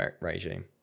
regime